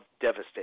devastating